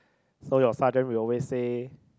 so your sergeant will always say